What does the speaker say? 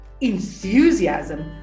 Enthusiasm